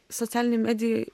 socialinėj medijoj